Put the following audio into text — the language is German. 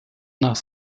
nach